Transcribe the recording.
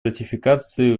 ратификации